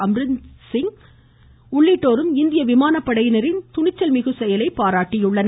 அம்ரிந்தர் சிங் உள்ளிட்டோரும் இந்திய விமானப்படையினரின் துணிச்சல் மிகு செயலை பாராட்டியுள்ளனர்